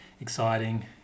exciting